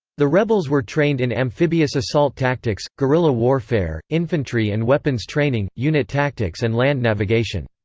the rebels were trained in amphibious assault tactics, guerrilla warfare, infantry and weapons training, unit tactics and land navigation.